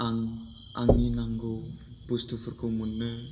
आं आंनि नांगौ बुस्थुफोरखौ मोनो